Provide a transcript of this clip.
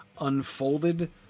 unfolded